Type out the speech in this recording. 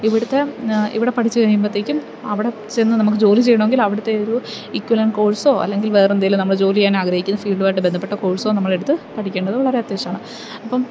ഇവിടുത്തെ ഇവിടെ പഠിച്ചുകഴിയുമ്പോഴത്തേക്കും അവിടെ ചെന്ന് നമുക്ക് ജോലി ചെയ്യണമെങ്കിൽ അവിടുത്തെ ഒരു ഇക്വലൻ്റ് കോഴ്സോ അല്ലെങ്കിൽ വെറെന്തേലും നമ്മള് ജോലിയ്യാൻ ആഗ്രഹിക്കുന്ന ഫീൽഡുവായിട്ട് ബന്ധപ്പെട്ട കോഴ്സോ നമ്മളെടുത്ത് പഠിക്കേണ്ടത് വളരെ അത്യാവശ്യമാണ് അപ്പം